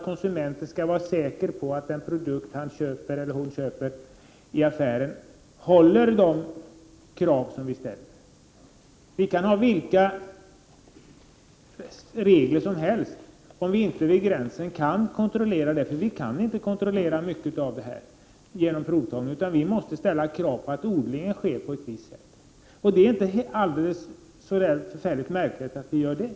Konsumenten skall vara säker på att den produkt som han eller hon köper i affären uppfyller de krav som vi ställer. Vi kan ställa upp vilka regler som helst, men dessa får ingen betydelse om vi inte vid gränsen kan kontrollera att reglerna följs. Mycket av detta kan vi inte kontrollera genom provtagning, utan vi måste ställa krav på att odlingen sker på ett visst sätt. Det är inte särskilt märkligt att vi gör det.